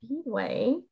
speedway